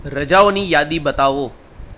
રજાઓની યાદી બતાવો